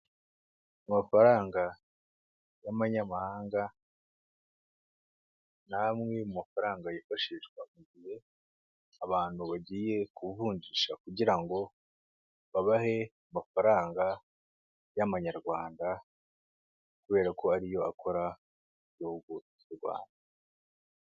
Amafaranga y'amanyamahanga, ni amwe mu mafaranga yifashishwa mu gihe abantu bagiye kuvunjisha kugira ngo babahe amafaranga y'amanyarwanda kubera ko ariyo akora mu gihugu cy'u Rwanda.